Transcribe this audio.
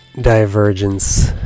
divergence